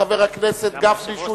חבר הכנסת גפני,